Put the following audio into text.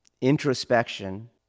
introspection